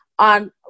on